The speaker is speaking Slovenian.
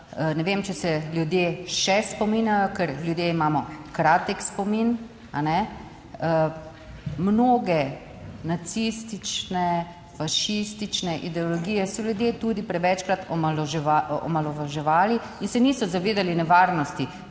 Ne vem, če se ljudje še spominjajo, ker ljudje imamo kratek spomin, kajne, mnoge nacistične, fašistične ideologije so ljudje tudi prevečkrat omalovaževali in se niso zavedali nevarnosti,